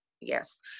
Yes